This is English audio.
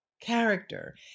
character